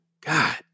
God